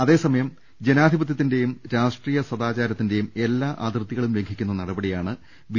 അതേസമയം ജനാധിപത്യത്തിന്റെയും രാഷ്ട്രീയ സദാചാരത്തിന്റെയും എല്ലാ അതിർത്തികളും ലംഘിക്കുന്ന നടപടിയാണ് ബി